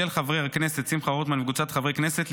של חבר הכנסת שמחה רוטמן וקבוצת חברי הכנסת,